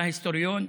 אתה היסטוריון,